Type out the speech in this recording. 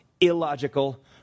illogical